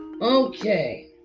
okay